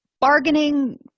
Bargaining